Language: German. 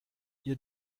ihr